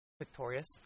Victorious